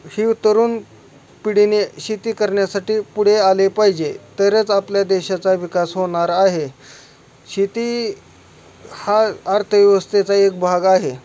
ही उतरून पिढीने शेती करण्यासाठी पुढे आले पाहिजे तरच आपल्या देशाचा विकास होणार आहे शेती हा अर्थव्यवस्थेचा एक भाग आहे